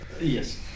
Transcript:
Yes